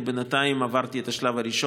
אני בינתיים עברתי את השלב הראשון,